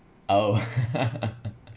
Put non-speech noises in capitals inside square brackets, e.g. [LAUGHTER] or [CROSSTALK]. oh [LAUGHS]